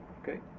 okay